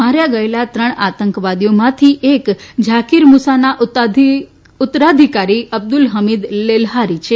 માર્યા ગયેલા ત્રણ આતંકવાદીઓમાંથી એક ઝાકિર મૂસાના ઉત્તરાધિકારી અબ્દુલ હમીદ લેલહારી છે